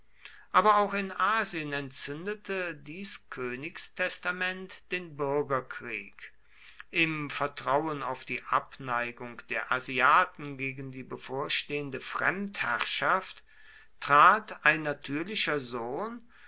aber auch in asien entzündete dies königstestament den bürgerkrieg im vertrauen auf die abneigung der asiaten gegen die bevorstehende fremdherrschaft trat ein natürlicher sohn